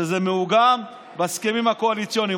שזה מעוגן בהסכמים הקואליציוניים.